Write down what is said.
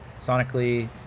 sonically